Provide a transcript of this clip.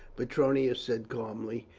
petronius said calmly,